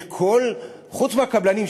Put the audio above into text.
חוץ מהקבלנים,